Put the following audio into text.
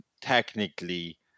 Technically